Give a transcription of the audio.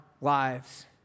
lives